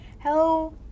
Hello